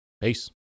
Peace